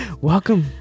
Welcome